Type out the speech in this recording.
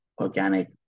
organic